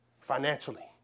financially